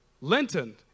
Linton